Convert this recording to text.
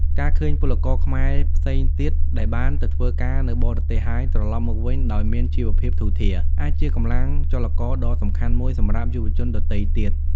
ការឃើញពលករខ្មែរផ្សេងទៀតដែលបានទៅធ្វើការនៅបរទេស ហើយត្រឡប់មកវិញដោយមានជីវភាពធូរធារ អាចជាកម្លាំងចលករដ៏សំខាន់មួយសម្រាប់យុវជនដទៃទៀត។